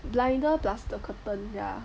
blinder plus the curtain yeah